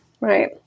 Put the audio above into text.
Right